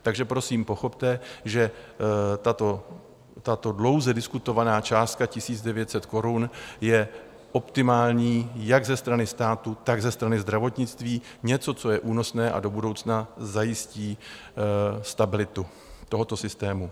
Takže prosím pochopte, že tato dlouze diskutovaná částka 1 900 korun je optimální jak ze strany státu, tak ze strany zdravotnictví, něco, co je únosné a do budoucna zajistí stabilitu tohoto systému.